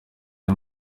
uri